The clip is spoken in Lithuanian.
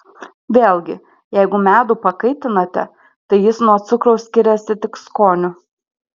vėlgi jeigu medų pakaitinate tai jis nuo cukraus skiriasi tik skoniu